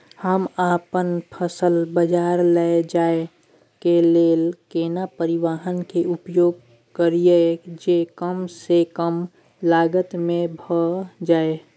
हम अपन फसल बाजार लैय जाय के लेल केना परिवहन के उपयोग करिये जे कम स कम लागत में भ जाय?